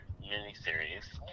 mini-series